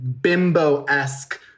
bimbo-esque